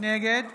נגד